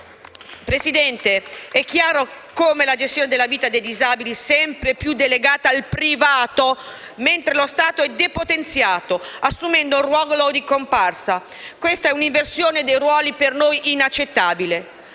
M5S)*. È chiaro come la gestione della vita dei disabili sia sempre più delegata al privato, mentre lo Stato è depotenziato, assumendo un ruolo di comparsa: questa è una inversione dei ruoli per noi inaccettabile.